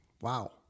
wow